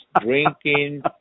drinking